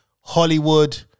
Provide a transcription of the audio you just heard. Hollywood